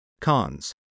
Cons